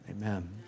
amen